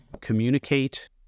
communicate